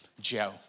Joe